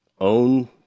own